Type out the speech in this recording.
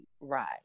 right